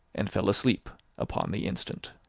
and fell asleep upon the instant.